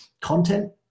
content